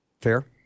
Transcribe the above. Fair